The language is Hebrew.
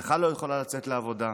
ואשתך לא יכולה לצאת לעבודה.